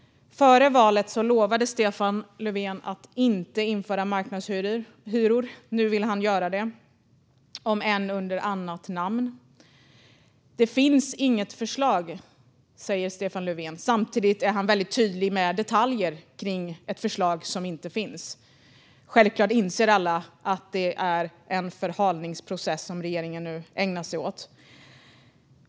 Före valet lovade Stefan Löfven att inte införa marknadshyror. Nu vill han göra det, om än under annat namn. Det finns inget förslag, säger Stefan Löfven. Samtidigt är han väldigt tydlig med detaljer kring ett förslag som inte finns. Självklart inser alla att det är en förhalningsprocess som regeringen nu ägnar sig åt.